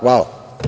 Hvala.